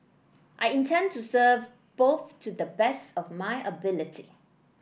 I intend to serve both to the best of my ability